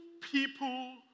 people